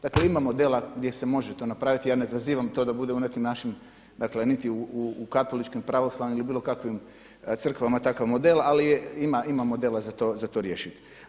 Dakle ima modela gdje se može napraviti i ja ne zazivam to da bude u nekim našim, dakle niti u katoličkim, pravoslavnim ili bilo kakvim crkvama takav model ali je, ima modela za to riješiti.